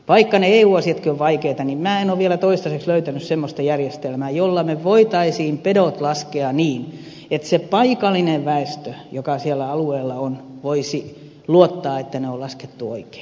vaikka ne eu asiatkin ovat vaikeita niin minä en ole vielä toistaiseksi löytänyt semmoista järjestelmää jolla me voisimme pedot laskea niin että se paikallinen väestö joka siellä alueella on voisi luottaa että ne on laskettu oikein